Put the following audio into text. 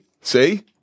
see